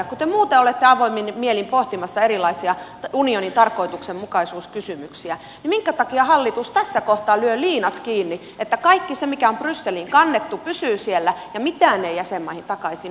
kun te muuten olette avoimin mielin pohtimassa erilaisia unionin tarkoituksenmukaisuuskysymyksiä niin minkä takia hallitus tässä kohtaa lyö liinat kiinni niin että kaikki se mikä on brysseliin kannettu pysyy siellä ja mitään ei jäsenmaihin takaisin otettaisi